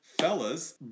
Fellas